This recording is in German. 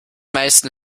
meisten